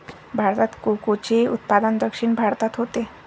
भारतात कोकोचे उत्पादन दक्षिण भारतात होते